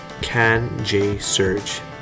CanJSurge